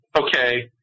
okay –